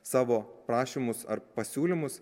savo prašymus ar pasiūlymus